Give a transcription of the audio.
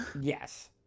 Yes